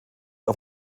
auf